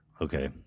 Okay